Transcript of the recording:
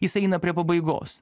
jis eina prie pabaigos